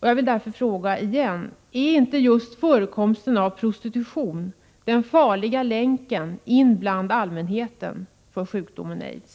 Jag vill därför på nytt fråga: Är inte just förekomsten av prostitution den farliga länken in bland allmänheten för sjukdomen AIDS?